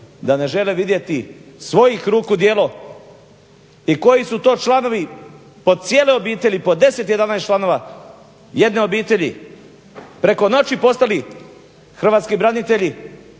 da ne žele vidjeti svojih ruku djelo i koji su to članovi, po cijele obitelji, po 10, 11 članova jedne obitelji preko noći postali hrvatski branitelji,